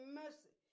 mercy